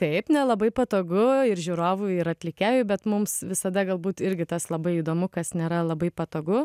taip nelabai patogu ir žiūrovui ir atlikėjui bet mums visada galbūt irgi tas labai įdomu kas nėra labai patogu